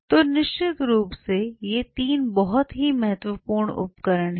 तो निश्चित रूप से ये 3 बहुत ही महत्वपूर्ण उपकरण हैं